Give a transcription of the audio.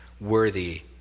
worthy